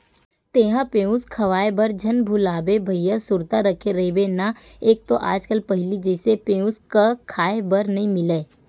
तेंहा पेयूस खवाए बर झन भुलाबे भइया सुरता रखे रहिबे ना एक तो आज कल पहिली जइसे पेयूस क खांय बर नइ मिलय